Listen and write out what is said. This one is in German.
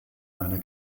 einer